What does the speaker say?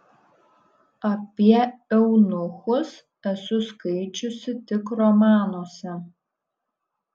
apie eunuchus esu skaičiusi tik romanuose